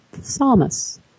psalmist